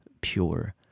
pure